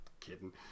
kidding